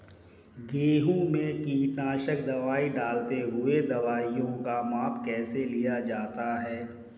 गेहूँ में कीटनाशक दवाई डालते हुऐ दवाईयों का माप कैसे लिया जाता है?